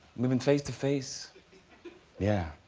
leaving face-to-face yeah,